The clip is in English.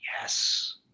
Yes